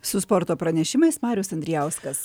su sporto pranešimais marius andrijauskas